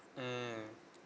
mmhmm